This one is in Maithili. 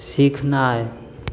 सीखनाइ